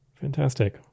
Fantastic